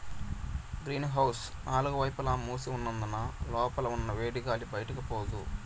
green house నాలుగు వైపులా మూసి ఉన్నందున లోపల ఉన్న వేడిగాలి బయటికి పోదు